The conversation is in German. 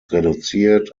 reduziert